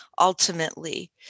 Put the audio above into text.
ultimately